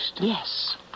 Yes